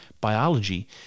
biology